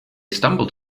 stumbled